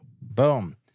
Boom